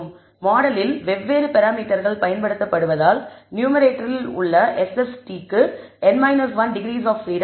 மாடலில் வெவ்வேறு பராமீட்டர்கள் பயன்படுத்தப்படுவதால் நியூமேரேட்டரில் உள்ள SSTக்கு n 1 டிகிரீஸ் ஆப் பிரீடம் உள்ளது